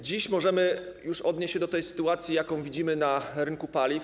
Dziś możemy już odnieść się do tej sytuacji, jaką widzimy na rynku paliw.